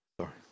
Sorry